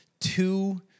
two